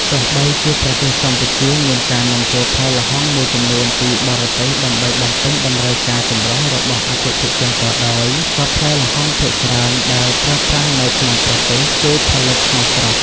ទោះបីជាប្រទេសកម្ពុជាមានការនាំចូលផ្លែល្ហុងមួយចំនួនពីបរទេសដើម្បីបំពេញតម្រូវការចម្រុះរបស់អតិថិជនក៏ដោយ ក៏ផ្លែល្ហុងភាគច្រើនដែលប្រើប្រាស់នៅក្នុងប្រទេសគឺផលិតក្នុងស្រុក។